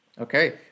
okay